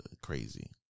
crazy